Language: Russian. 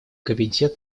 комитет